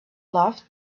loved